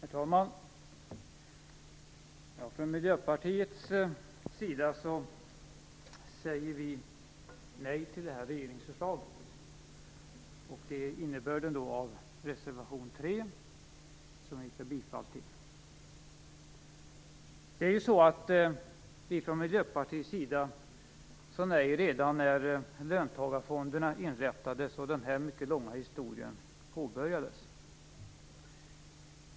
Herr talman! Från miljöpartiets sida säger vi nej till det här regeringsförslaget. Det är innebörden i reservation 3, som vi yrkar bifall till. Miljöpartiet sade nej redan när löntagarfonderna inrättades och denna mycket långa historia påbörjades.